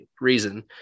reason